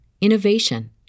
innovation